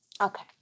Okay